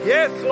Yes